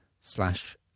slash